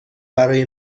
برای